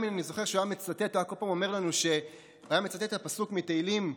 אני זוכר שבנימין היה מצטט את הפסוק מתהילים: